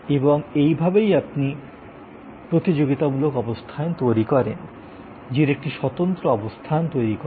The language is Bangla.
এবং এইভাবেই আপনি প্রতিযোগিতামূলক অবস্থান তৈরি করেন নিজের একটি স্বতন্ত্র অবস্থান তৈরি করেন